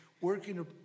working